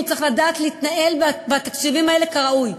והוא צריך לדעת להתנהל עם התקציבים האלה כראוי.